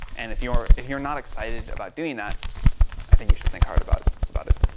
and if you're, if you're not excited about doing that i think you should think hard about, about it.